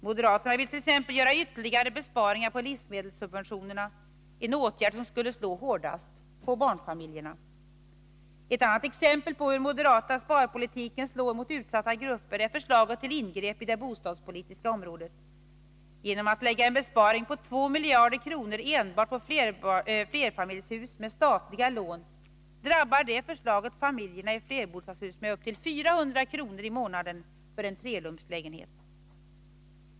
Moderaterna vill t.ex. göra ytterligare besparingar på livsmedelssubventionerna, en åtgärd som skulle slå hårdast mot barnfamiljerna. Ett annat exempel på hur den moderata sparpolitiken slår mot utsatta grupper är förslaget till ingrepp i det bostadspolitiska området. Genom att man lägger en besparing på 2 miljarder kronor enbart på flerfamiljshus med statliga lån, drabbar det förslaget familjerna i flerbostadshus med en kostnad på upp till 400 kr. i månaden för en trerumslägenhet.